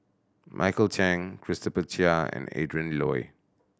Michael Chiang Christopher Chia and Adrin Loi